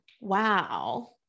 Wow